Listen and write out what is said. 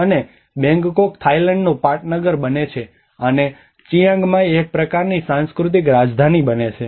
અને બેંગકોક થાઇલેન્ડનું પાટનગર બને છે અને ચિયાંગ માઇ એક પ્રકારની સાંસ્કૃતિક રાજધાની બને છે